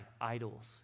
idols